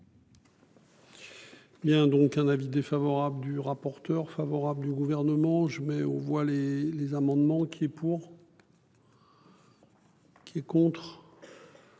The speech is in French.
y a donc un avis défavorable du rapporteur favorable du gouvernement je mets aux voix les les amendements qui est pour. Et contre.